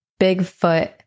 Bigfoot